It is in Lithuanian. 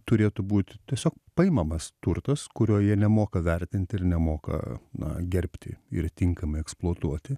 turėtų būti tiesiog paimamas turtas kurio jie nemoka vertinti ir nemoka na gerbti ir tinkamai eksploatuoti